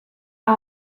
are